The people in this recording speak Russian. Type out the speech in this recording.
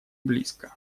близко